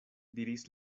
diris